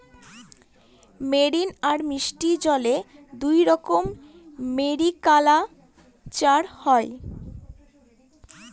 marine আর মিষ্টি জলে দুইরকম মেরিকালচার হয়